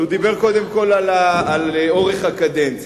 אבל הוא דיבר קודם כול על אורך הקדנציה.